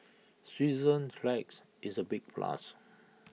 Switzerland's flags is A big plus